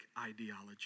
ideology